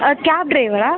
gap ட்ரைவரா